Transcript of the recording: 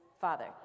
father